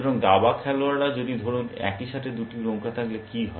সুতরাং দাবা খেলোয়াড়রা যদি ধরুন একই সাথে দুটি নৌকা থাকলে কী হয়